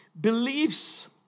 beliefs